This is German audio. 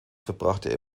verbrachte